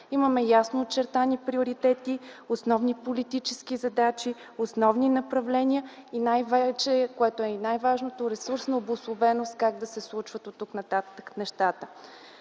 Има ясно очертани приоритети, основни политически задачи, основни направления и най-вече – което е най-важното – ресурсна обусловеност как да се случват оттук нататък нещата.